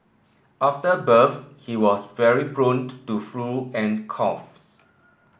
after birth he was very prone to flu and coughs